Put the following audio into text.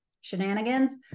shenanigans